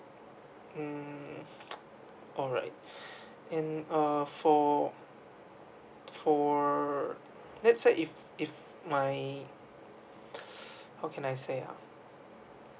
mm all right in uh for for let's say if if my how can I say ah